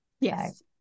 yes